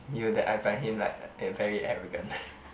you know that I find him like very arrogant